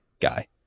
guy